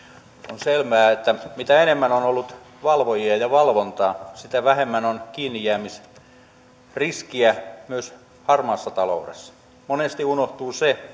on selvää että mitä enemmän on ollut valvojia ja valvontaa sitä enemmän on kiinnijäämisriskiä myös harmaassa taloudessa monesti unohtuu se